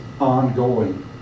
ongoing